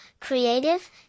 creative